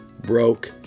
broke